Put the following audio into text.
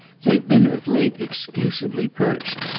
they've been of late exclusively perched.